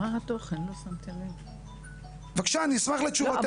אני אשמח לתשובתך.